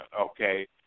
okay